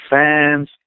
fans